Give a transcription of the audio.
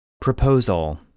Proposal